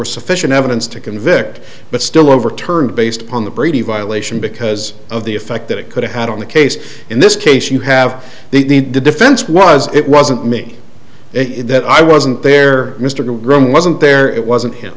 was sufficient evidence to convict but still overturned based upon the brady violation because of the effect that it could have had on the case in this case you have the defense was it wasn't me it that i wasn't there mr graham wasn't there it wasn't him